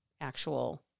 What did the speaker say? actual